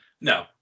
No